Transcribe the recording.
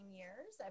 years